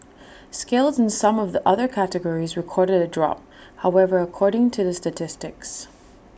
sales in some of the other categories recorded A drop however according to the statistics